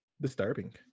Disturbing